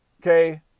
okay